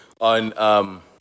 on